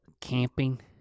camping